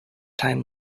time